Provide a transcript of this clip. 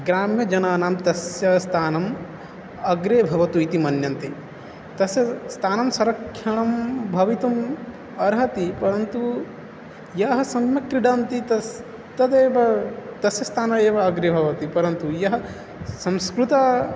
ग्राम्यजनानां तस्य स्थानम् अग्रे भवतु इति मन्यन्ते तस्य स्थानं संरक्षणं भवितुम् अर्हति परन्तु यः सम्यक् क्रीडन्ति तस्य तदेव तस्य स्थानम् एव अग्रे भवति परन्तु यः संस्कृतं